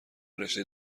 رشته